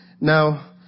Now